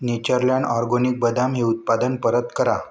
Natureland organic बदाम हे उत्पादन परत करा